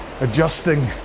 adjusting